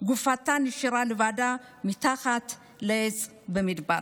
גופתה נשארה לבדה מתחת לעץ במדבר.